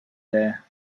there